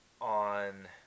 on